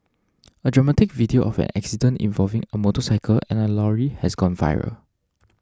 a dramatic video of an accident involving a motorcycle and a lorry has gone viral